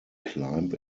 climb